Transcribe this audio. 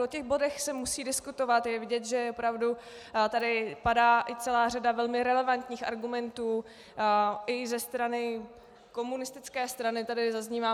O těch bodech se musí diskutovat, je vidět, že opravdu tady padá i celá řada velmi relevantních argumentů, i ze strany komunistické strany tady zaznívá.